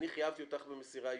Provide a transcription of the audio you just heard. אני חייבתי אותך במסירה אישית,